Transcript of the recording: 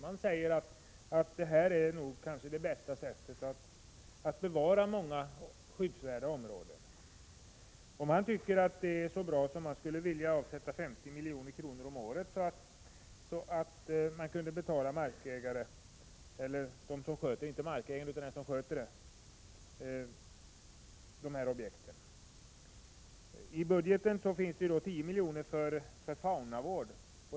Utredningen menade att detta kanske är det bästa sättet att bevara många skyddsvärda områden. Man tyckte detta var så bra att man skulle vilja avsätta 50 milj.kr. om året för att betala dem som sköter objekten. I budgeten finns det 10 milj.kr. för faunavård.